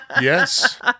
yes